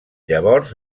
llavors